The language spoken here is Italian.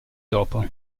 dopo